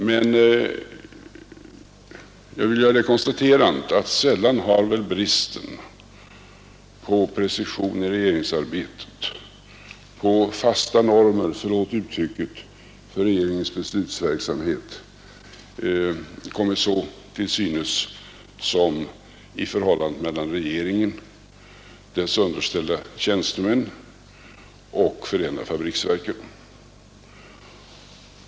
Men jag vill göra det konstaterandet att sällan har väl bristen på precision i regeringsarbetet, på fasta normer — förlåt uttrycket — för regeringens beslutsverksamhet kommit så till synes som i förhållandet mellan regeringen, dess underställda tjänstemän och förenade fabriksver ken.